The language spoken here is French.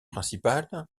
principal